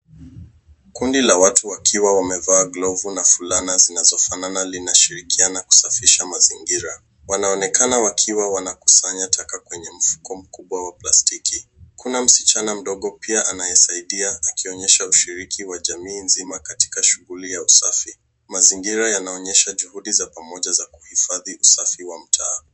Kundi la watu wakiwa wamevaa glovu na fulana zinazofanana zinashirikiana kusafisha mazingira. Wanaonekana wakiwa wanakusanya taka kwenye mfuko mkubwa wa plastiki. Kuna michana mdogo pia anayesaidia akionyesha ushiriki wa jamii nzima katika shughuli ya usafi. Mazingira yanaonyesha juhudi za pamoja za kuhifadhi usafi wa mtaa.